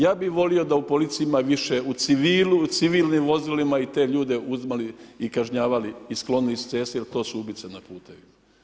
Ja bih volio da u policiji ima više u civilu, u civilnim vozilima i te ljude uzimali i kažnjavali i sklonili s ceste, jer to su ubice na putevima.